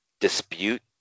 dispute